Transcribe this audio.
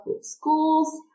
Schools